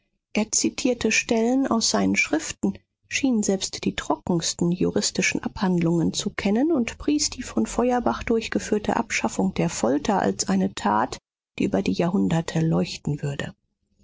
er zitierte stellen aus seinen schriften schien selbst die trockensten juristischen abhandlungen zu kennen und pries die von feuerbach durchgeführte abschaffung der folter als eine tat die über die jahrhunderte leuchten würde